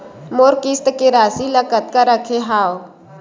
मोर किस्त के राशि ल कतका रखे हाव?